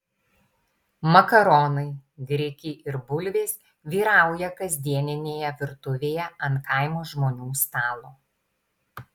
makaronai grikiai ir bulvės vyrauja kasdieninėje virtuvėje ant kaimo žmonių stalo